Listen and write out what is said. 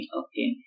okay